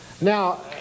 Now